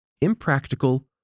impractical